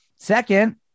Second